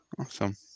Awesome